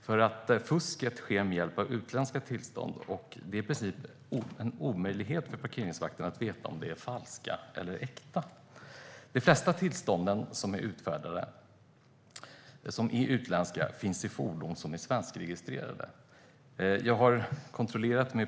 Fusket sker nämligen med hjälp av utländska tillstånd, och det är i princip en omöjlighet för parkeringsvakterna att veta om det är falska eller äkta tillstånd. De flesta av de utländska tillstånden finns i svenskregistrerade fordon.